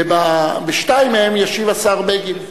ועל שתיים מהן ישיב השר בגין.